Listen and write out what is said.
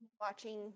watching